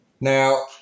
Now